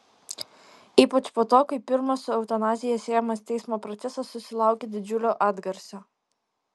ypač po to kai pirmas su eutanazija siejamas teismo procesas susilaukė didžiulio atgarsio